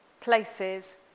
places